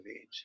age